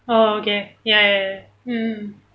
oh okay ya ya ya mm